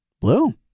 Blue